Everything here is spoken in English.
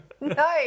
No